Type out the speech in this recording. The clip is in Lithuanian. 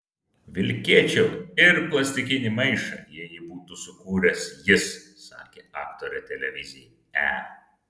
vilkėčiau ir plastikinį maišą jei jį būtų sukūręs jis sakė aktorė televizijai e